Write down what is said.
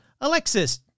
Alexis